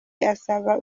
asaba